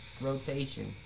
rotation